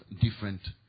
different